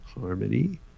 harmony